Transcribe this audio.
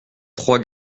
trois